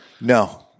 No